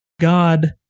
God